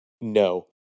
No